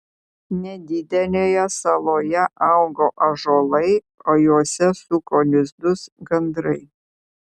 nedidelėje saloje augo ąžuolai o juose suko lizdus gandrai